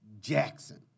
Jackson